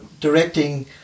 directing